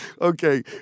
Okay